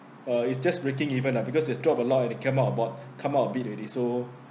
uh it's just breaking even ah because it's dropped a lot and it came up aboard come up a bit already so